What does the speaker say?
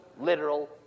literal